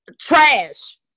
trash